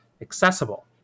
Accessible